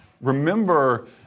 remember